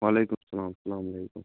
وَعلیکُم السَلام اَلسَلام علیکُم